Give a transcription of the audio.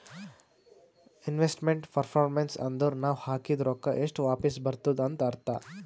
investment performance ಅಂದುರ್ ನಾವ್ ಹಾಕಿದ್ ರೊಕ್ಕಾ ಎಷ್ಟ ವಾಪಿಸ್ ಬರ್ತುದ್ ಅಂತ್ ಅರ್ಥಾ